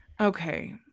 Okay